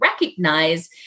recognize